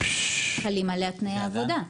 חלים עליה תנאי העבודה.